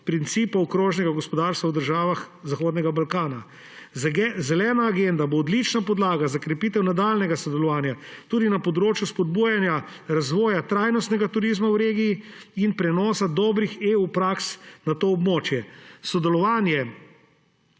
principov krožnega gospodarstva v državah Zahodnega Balkana. Zelena agenda bo odlična podlaga za krepitev nadaljnjega sodelovanja tudi na področju spodbujanja razvoja trajnostnega turizma v regiji in prenosa dobrih praks Evropske